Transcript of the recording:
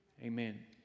Amen